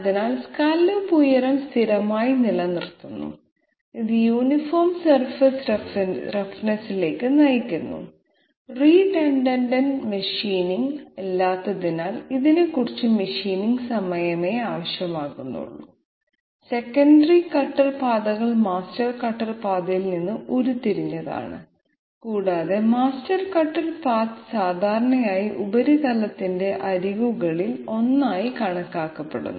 അതിനാൽ സ്കല്ലോപ്പ് ഉയരം സ്ഥിരമായി നിലനിർത്തുന്നു ഇത് യൂണിഫോം സർഫസ് റഫ്നെസ്സിലേക്ക് നയിക്കുന്നു റിടണ്ടൻറ് മെഷീനിംഗ് ഇല്ലാത്തതിനാൽ ഇതിന് കുറച്ച് മെഷീനിംഗ് സമയമേ ആവശ്യമാകുന്നുള്ളൂ സെക്കണ്ടറി കട്ടർ പാതകൾ മാസ്റ്റർ കട്ടർ പാതയിൽ നിന്ന് ഉരുത്തിരിഞ്ഞതാണ് കൂടാതെ മാസ്റ്റർ കട്ടർ പാത്ത് സാധാരണയായി ഉപരിതലത്തിന്റെ അരികുകളിൽ ഒന്നായി കണക്കാക്കപ്പെടുന്നു